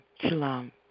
Shalom